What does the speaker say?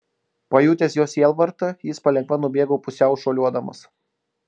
pajutęs jos sielvartą jis palengva nubėgo pusiau šuoliuodamas